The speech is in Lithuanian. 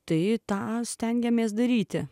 tai tą stengiamės daryti